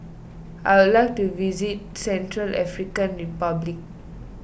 I will like to visit Central African Republic